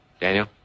Daniel